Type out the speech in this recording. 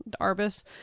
Arbus